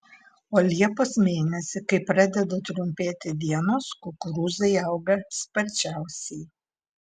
o liepos mėnesį kai pradeda trumpėti dienos kukurūzai auga sparčiausiai